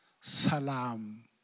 salam